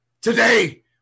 Today